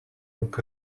look